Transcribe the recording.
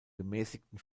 gemäßigten